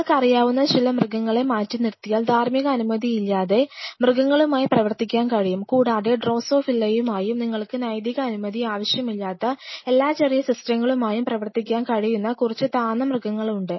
നിങ്ങൾക്കറിയാവുന്ന ചില മൃഗങ്ങളെ മാറ്റിനിർത്തിയാൽ ധാർമ്മിക അനുമതിയില്ലാതെ മത്സ്യങ്ങളുമായി പ്രവർത്തിക്കാൻ കഴിയും കൂടാതെ ഡ്രോസോഫിലയുമായും നിങ്ങൾക്ക് നൈതിക അനുമതി ആവശ്യമില്ലാത്ത എല്ലാ ചെറിയ സിസ്റ്റങ്ങളുമായും പ്രവർത്തിക്കാൻ കഴിയുന്ന കുറച്ച് താഴ്ന്ന മൃഗങ്ങളുണ്ട്